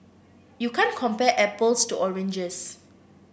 you can't compare apples to oranges